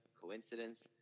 Coincidence